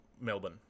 Melbourne